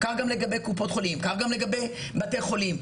כך גם לגבי קופות חולים, כך גם לגבי בתי חולים.